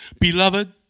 beloved